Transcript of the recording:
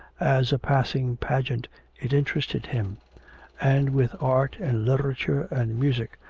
as a passing pageant it interested him and with art and literature and music,